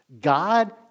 God